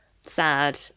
sad